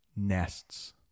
Nests